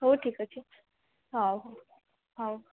ହଉ ଠିକ୍ ଅଛି ହଉ ହଉ